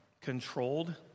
controlled